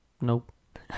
nope